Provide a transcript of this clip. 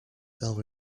they’ll